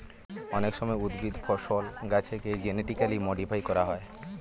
অনেক সময় উদ্ভিদ, ফসল, গাছেকে জেনেটিক্যালি মডিফাই করা হয়